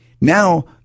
Now